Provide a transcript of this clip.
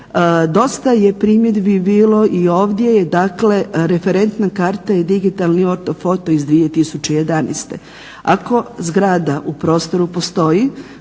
Dosta je primjedbi bilo i ovdje, dakle referentna karta i digitalni ortofoto iz 2011. Ako zgrada u prostoru postoji,